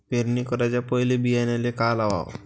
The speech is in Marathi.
पेरणी कराच्या पयले बियान्याले का लावाव?